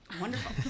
Wonderful